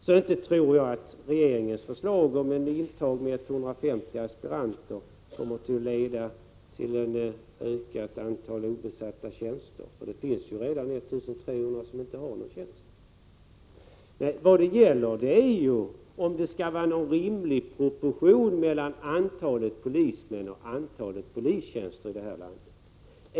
Så inte tror jag att regeringens förslag om intagning med 150 aspiranter skulle leda till ett ökat antal obesatta tjänster. Vad det gäller är om det skall vara någon rimlig proportion mellan antalet polismän och antalet polistjänster i detta land.